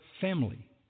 family